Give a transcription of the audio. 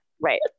right